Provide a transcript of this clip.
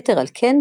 יתר על כן,